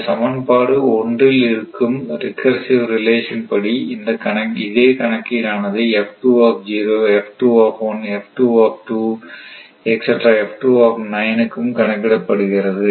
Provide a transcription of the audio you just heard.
இந்த சமன்பாடு ஒன்றில் இருக்கும் ரிகர்சிவ் ரிலேசன் படி இதே கணக்கீடானது க்கும் கணக்கிடப்படுகிறது